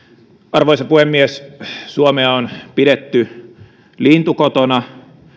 arvoisa puhemies suomea on pidetty lintukotona